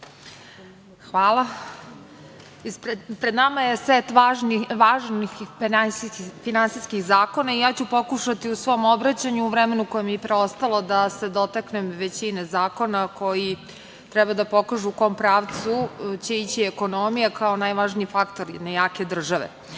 Hvala. Pred nama je set važnih finansijskih zakona o pokušaću u svom obraćanju u vremenu koje je preostalo, da se dotaknem većine zakona koji treba da pokažu u kom pravcu će ići ekonomija kao najvažniji faktor jedne jake države. Prvo